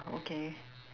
okay